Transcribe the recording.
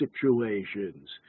situations